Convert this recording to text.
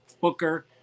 booker